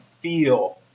feel